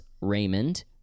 raymond